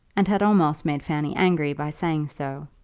and had almost made fanny angry by saying so.